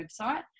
website